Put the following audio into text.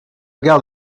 gare